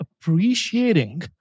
appreciating